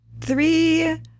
Three